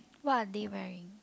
what are they wearing